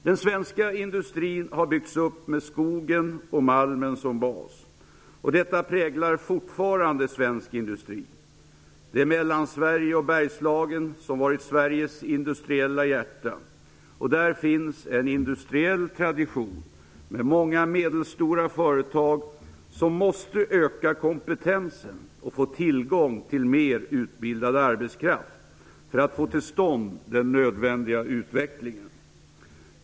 Den svenska industrin har byggts upp med skogen och malmen som bas, och detta präglar fortfarande svensk industri. Det är Mellansverige och Bergslagen som har varit Sveriges industriella hjärta. Där finns en industriell tradition med många medelstora företag, som måste öka kompetensen och få tillgång till mer utbildad arbetskraft för att få till stånd den nödvändiga utvecklingen.